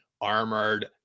armored